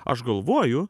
aš galvoju